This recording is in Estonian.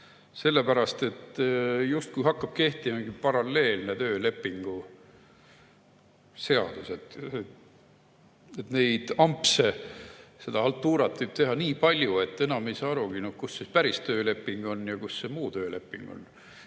Sellepärast, et justkui hakkab kehtima mingi paralleelne töölepingu seadus. Neid ampse, seda haltuurat võib teha nii palju, et enam ei saa arugi, kus päris tööleping on ja kus see muu tööleping on.